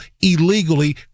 illegally